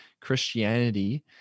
Christianity